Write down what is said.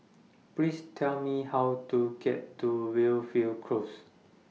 Please Tell Me How to get to Well fell Close